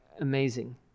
amazing